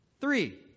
Three